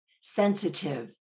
sensitive